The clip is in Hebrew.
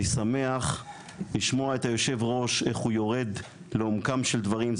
אני שמח לשמוע איך יושב הראש יורד לעומקם של דברים.